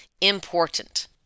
important